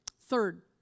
Third